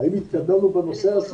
האם התקדמנו בנושא הזה?